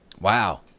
Wow